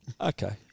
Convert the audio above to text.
Okay